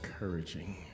encouraging